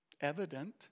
evident